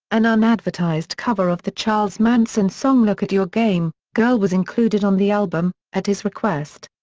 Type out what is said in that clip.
an unadvertised cover of the charles manson song look at your game, girl was included on the album, at his request.